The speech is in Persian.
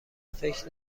فکر